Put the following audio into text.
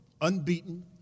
Unbeaten